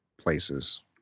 places